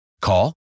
Call